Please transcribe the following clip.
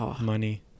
Money